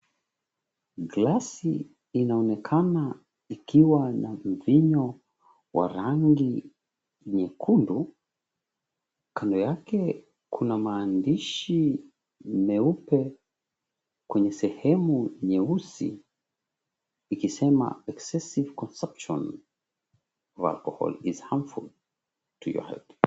Glasi inaonekana ikiwa na mvinyo wa rangi nyekundu, kando yake kuna maandishi meupe kwenye sehemu nyeusi ikisema excessive consumption of alcohol is harmful to your health .